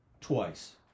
twice